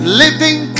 living